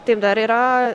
taip dar yra